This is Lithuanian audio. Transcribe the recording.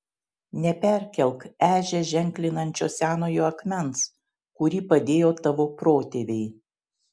neperkelk ežią ženklinančio senojo akmens kurį padėjo tavo protėviai